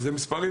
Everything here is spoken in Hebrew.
זה מספרים